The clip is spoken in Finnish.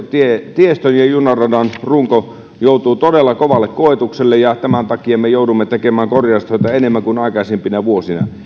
tiestön ja junaradan runko joutuu todella kovalle koetukselle niin tämän takia me joudumme tekemään korjaustöitä enemmän kuin aikaisempina vuosina